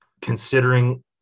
considering